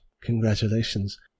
congratulations